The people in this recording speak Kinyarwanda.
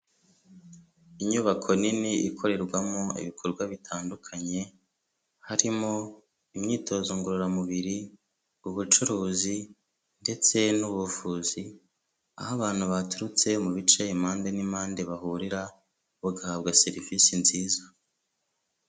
Inyubako nini ikorerwamo ibikorwa bitandukanye, harimo imyitozo ngororamubiri, ubucuruzi ndetse n'ubuvuzi, aho abantu baturutse mu bice impande n'impande bahurira, bagahabwa serivisi nziza.